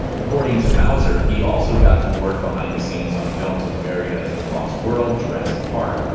according to mouser, he also got to work behind the scenes on films as varied as the lost world jurassic park,